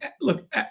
Look